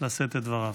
לשאת את דבריו.